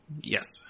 Yes